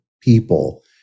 people